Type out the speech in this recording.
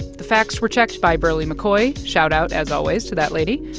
the facts were checked by berly mccoy. shoutout, as always, to that lady.